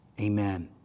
Amen